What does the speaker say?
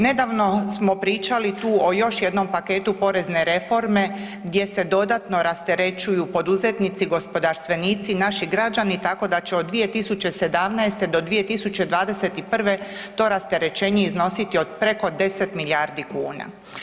Nedavno smo pričali tu o još jednom paketu porezne reforme gdje se dodatno rasterećuju poduzetnici, gospodarstvenici i naši građani tako da će od 2017. do 2021. to rasterećenje iznositi od preko 10 milijardi kuna.